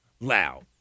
loud